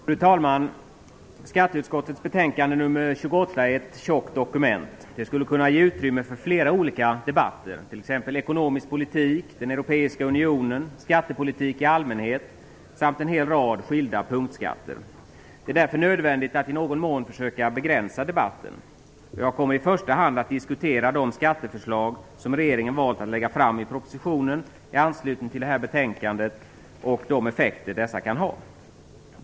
Fru talman! Skatteutskottets betänkande nr 28 är ett tjockt dokument, som skulle kunna ge utrymme för flera olika debatter, t.ex. om ekonomisk politik, om den europeiska unionen och om skattepolitik i allmänhet samt en hel rad skilda punktskatter. Det är därför nödvändigt att i någon mån försöka att begränsa debatten. Jag kommer i första hand att diskutera de skatteförslag, som regeringen valt att lägga fram i propositionen i anslutning till detta betänkande och de effekter som dessa kan ha.